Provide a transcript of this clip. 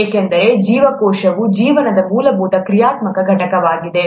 ಏಕೆಂದರೆ ಜೀವಕೋಶವು ಜೀವನದ ಮೂಲಭೂತ ಕ್ರಿಯಾತ್ಮಕ ಘಟಕವಾಗಿದೆ